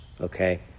okay